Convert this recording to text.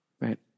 right